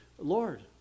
Lord